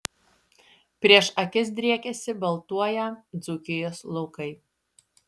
prieš akis driekėsi baltuoją dzūkijos laukai